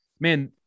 man